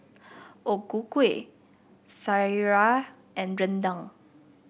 O Ku Kueh sireh and rendang